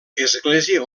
església